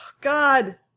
God